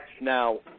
Now